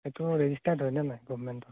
সেইটো ৰেজিষ্টাৰ্ড হয় নে নাই গভমেণ্টৰ